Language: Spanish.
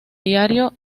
diario